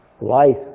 Life